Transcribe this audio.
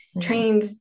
trained